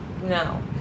No